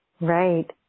Right